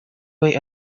wait